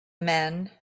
men